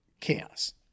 chaos